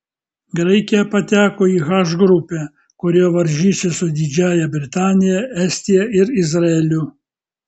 graikija pateko į h grupę kurioje varžysis su didžiąja britanija estija ir izraeliu